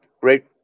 great